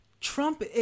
Trump